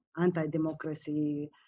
anti-democracy